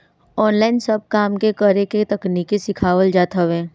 online सब काम के करे के तकनीकी सिखावल जात हवे